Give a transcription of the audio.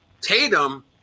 Tatum